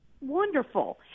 Wonderful